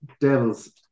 devil's